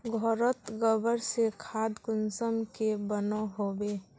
घोरोत गबर से खाद कुंसम के बनो होबे?